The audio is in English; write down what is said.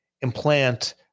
implant